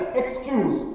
excuse